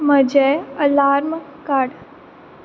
म्हजें अलार्म काड